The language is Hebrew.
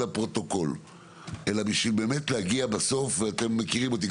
הפרוטוקול אלא באמת בשביל להגיע בסוף ואתם מכירים אותי,